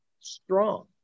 strong